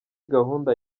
gahunda